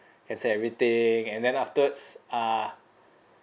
cancel everything and then afterwards uh